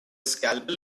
scalpel